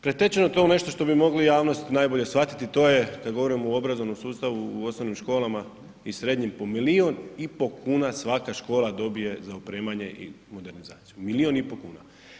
Pretečeno to u nešto što bi mogli javnosti najbolje shvatiti to je kad govorimo o obrazovnom sustavu u osnovnim školama i srednjim po milijun i pol kuna svaka škola dobije za opremanje i modernizaciju, milijun i pol kuna.